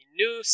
new